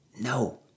No